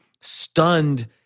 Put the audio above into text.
stunned